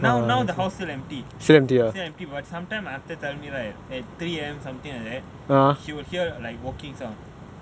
now now the house still empty still empty but sometime my uncle tell me right at three A_M she'll hear like walking sound